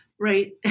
right